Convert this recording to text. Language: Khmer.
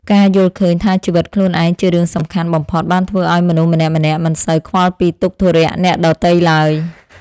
ការយល់ឃើញថាជីវិតខ្លួនឯងជារឿងសំខាន់បំផុតបានធ្វើឱ្យមនុស្សម្នាក់ៗមិនសូវខ្វល់ពីទុក្ខធុរៈអ្នកដទៃឡើយ។